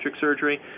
surgery